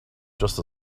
just